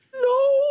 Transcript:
No